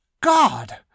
God